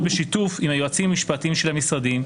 בשיתוף עם היועצים המשפטיים של המשרדים,